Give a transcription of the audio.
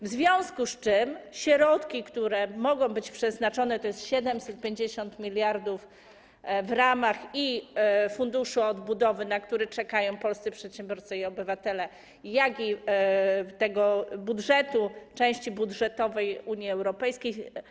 W związku z czym środki, które mogą być dla nas przeznaczone, to jest 750 mld w ramach funduszu odbudowy, na które czekają polscy przedsiębiorcy i obywatele, i z części budżetowej Unii Europejskiej.